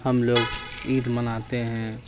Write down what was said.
ہم لوگ عید مناتے ہیں